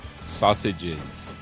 sausages